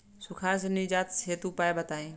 सुखार से निजात हेतु उपाय बताई?